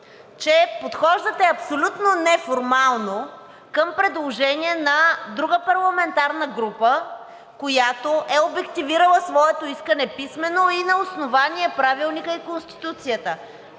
че подхождате абсолютно неформално към предложение на друга парламентарна група, която е обективирала своето искане писмено и на основание Правилника и Конституцията.